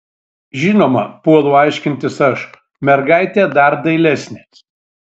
žinoma puolu aiškintis aš mergaitė dar dailesnė